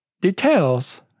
details